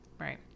Right